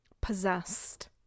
possessed